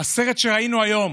הסרט שראינו היום